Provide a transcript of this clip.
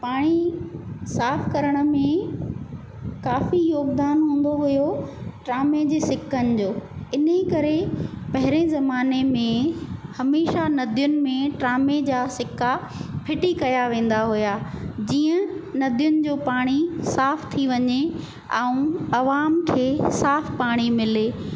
पाणी साफ़ु करण में काफ़ी योगदान हूंदो हुयो टामे जे सिकनि जो इन करे पहिरीं ज़माने में हमेशा नदियुनि में टामे जा सिका फिटी कया वेंदा हुया जीअं नदियुनि जो पाणी साफ़ु थी वञे ऐं अवाम खे साफ़ु पाणी मिले